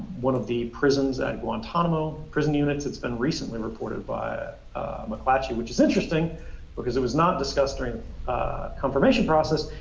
one of the prisons at guantanamo prison units it's been recently reported by mcclatchy, which is interesting because it was not discussed during the confirmation process,